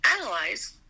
analyze